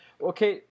Okay